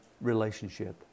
relationship